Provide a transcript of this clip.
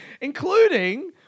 including